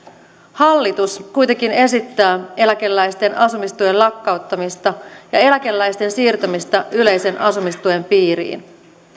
hallitus kuitenkin esittää eläkeläisten asumistuen lakkauttamista ja eläkeläisten siirtämistä yleisen asumistuen piiriin